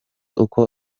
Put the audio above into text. uko